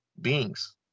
beings